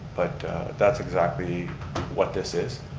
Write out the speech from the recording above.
but that's exactly what this is.